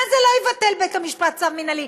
מה זה "לא יבטל בית-המשפט צו מינהלי"?